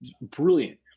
brilliant